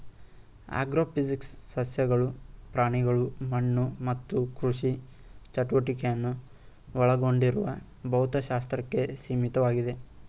agrophysics ಸಸ್ಯಗಳು ಪ್ರಾಣಿಗಳು ಮಣ್ಣು ಮತ್ತು ಕೃಷಿ ಚಟುವಟಿಕೆಯನ್ನು ಒಳಗೊಂಡಿರುವ ಭೌತಶಾಸ್ತ್ರಕ್ಕೆ ಸೀಮಿತವಾಗಿದೆ